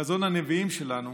בחזון הנביאים שלנו